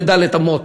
בד' אמות,